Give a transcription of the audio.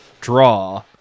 draw